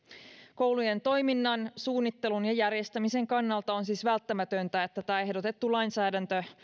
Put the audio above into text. koulujen toiminnan suunnittelun ja järjestämisen kannalta on siis välttämätöntä että tämä ehdotettu lainsäädäntö